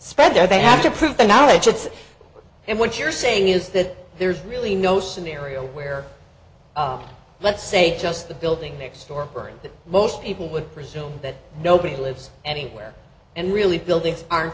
spender they have to prove the knowledge of this and what you're saying is that there's really no scenario where let's say just the building next door that most people would presume that nobody lives anywhere and really buildings aren't